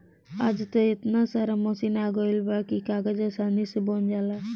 आज त एतना सारा मशीन आ गइल बा की कागज आसानी से बन जाला